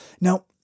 Now